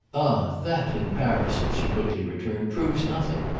ah that, in paris, she quickly returned, proves nothing.